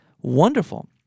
wonderful